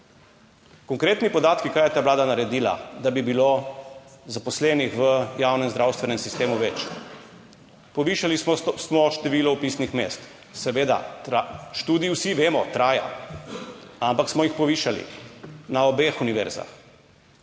Konkretni podatki, kaj je ta vlada naredila, da bi bilo zaposlenih v javnem zdravstvenem sistemu več? Povišali smo število vpisnih mest, seveda traja študij, vsi vemo, traja, ampak smo jih povišali na obeh univerzah.